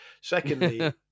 Secondly